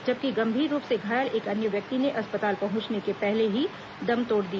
जबकि गंभीर रूप से घायल एक अन्य व्यक्ति ने अस्पताल पहुंचने के पहले ही दम तोड़ दिया